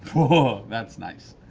ah that's nice.